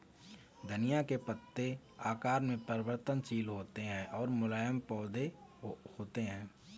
धनिया के पत्ते आकार में परिवर्तनशील होते हैं और मुलायम पौधे होते हैं